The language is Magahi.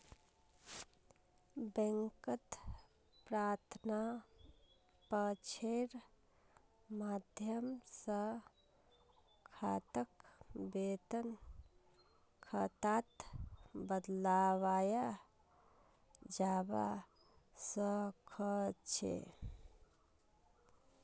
बैंकत प्रार्थना पत्रेर माध्यम स खाताक वेतन खातात बदलवाया जबा स ख छ